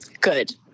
good